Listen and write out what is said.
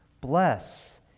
bless